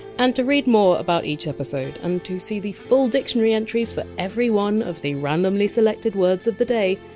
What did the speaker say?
and to read more about each episode um and see the full dictionary entries for every one of the randomly selected words of the day,